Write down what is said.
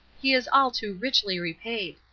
he is all too richly repaid.